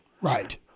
Right